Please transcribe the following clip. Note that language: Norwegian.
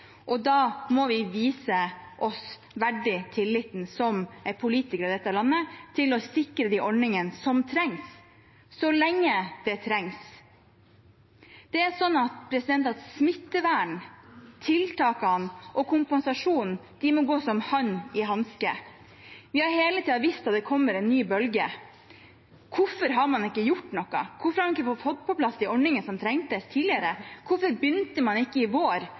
og da må vi vise oss tilliten verdig som politikere i dette landet ved å sikre de ordningene som trengs, så lenge det trengs. Smitteverntiltakene og kompensasjonen må passe som hånd i hanske. Vi har hele tiden visst at det kommer en ny bølge. Hvorfor har man ikke gjort noe? Hvorfor har man ikke fått på plass de ordningene som trengtes, tidligere? Hvorfor begynte man ikke i vår